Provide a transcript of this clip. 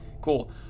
Cool